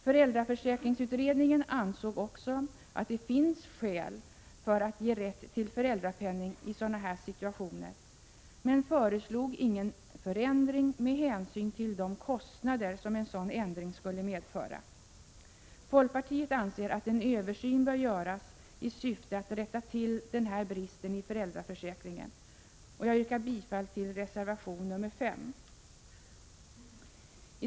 Föräldraförsäkringsutredningen ansåg också att det finns skäl att ge rätt till föräldrapenning i sådana här situationer, men föreslog ingen förändring med hänsyn till de kostnader som en sådan ändring skulle medföra. Folkpartiet anser att en översyn bör göras i syfte att rätta till denna brist i föräldraförsäkringen. Jag yrkar bifall till reservation nr 5.